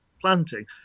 Planting